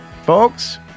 folks